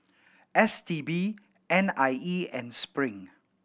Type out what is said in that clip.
S T B N I E and Spring